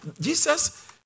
Jesus